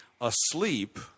asleep